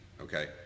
Okay